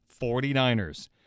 49ers